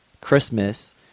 Christmas